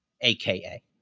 aka